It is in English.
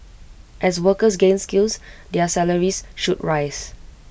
as workers gain skills their salaries should rise